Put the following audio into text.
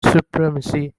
supremacy